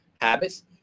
habits